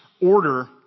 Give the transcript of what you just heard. order